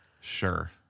Sure